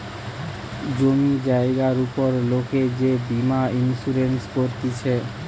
জমি জায়গার উপর লোক যে বীমা ইন্সুরেন্স করতিছে